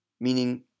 meaning